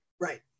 right